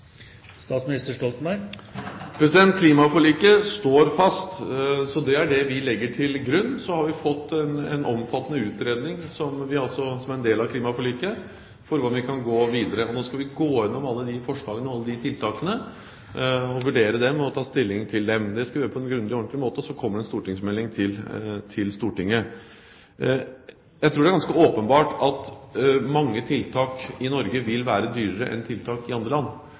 Klimaforliket står fast, så det er det vi legger til grunn. Så har vi fått en omfattende utredning, som en del av klimaforliket, for hvordan vi kan gå videre. Nå skal vi gå gjennom alle forslagene og alle tiltakene og vurdere dem og ta stilling til dem. Det skal vi gjøre på en grundig og ordentlig måte, og så kommer det en stortingsmelding til Stortinget. Jeg tror det er ganske åpenbart at mange tiltak i Norge vil være dyrere enn tiltak i andre land.